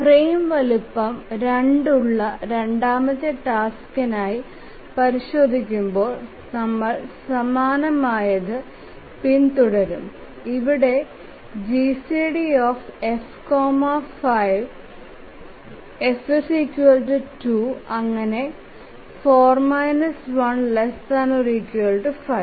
frame വലുപ്പം 2 ഉള്ള രണ്ടാമത്തെ ടാസ്ക്കിനായി പരിശോധിക്കുമ്പോൾ നമ്മൾ സമാനമായത് പിന്തുടരും ഇവിടെ GCD F 5 F 2 അങ്ങനെ 4 1 ≤ 5